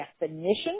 definition